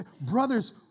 brothers